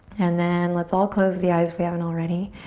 and then let's all close the eyes if we haven't already.